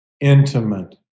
intimate